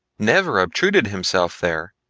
never obtruded himself there,